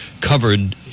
covered